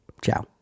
Ciao